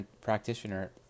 practitioner